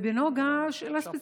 ספציפית,